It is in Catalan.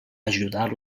ajudar